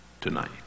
tonight